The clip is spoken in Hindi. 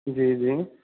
जी जी